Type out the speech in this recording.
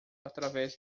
através